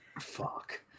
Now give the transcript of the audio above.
Fuck